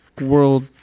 world